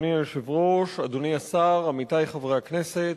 היושב-ראש, תודה לך, אדוני השר, עמיתי חברי הכנסת,